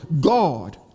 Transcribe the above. God